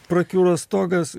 prakiuro stogas